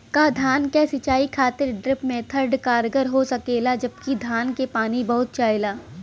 का धान क सिंचाई खातिर ड्रिप मेथड कारगर हो सकेला जबकि धान के पानी बहुत चाहेला?